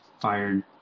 fired